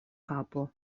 kapo